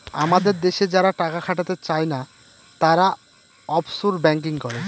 আমাদের দেশে যারা টাকা খাটাতে চাই না, তারা অফশোর ব্যাঙ্কিং করে